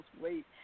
wait